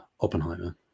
oppenheimer